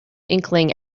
inkling